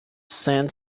san